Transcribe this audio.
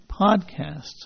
podcasts